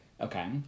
Okay